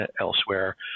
elsewhere